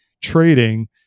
trading